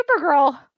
Supergirl